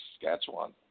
Saskatchewan